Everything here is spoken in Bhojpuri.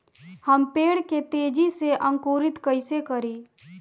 हम पेड़ के तेजी से अंकुरित कईसे करि?